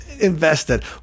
Invested